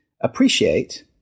Appreciate